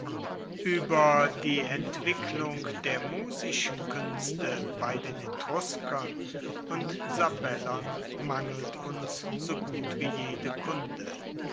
ueber die entwicklung der musischen kuenste bei den etruskern und sabellern mangelt uns so gut wie jede kunde